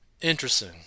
Interesting